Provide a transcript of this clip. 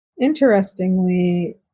Interestingly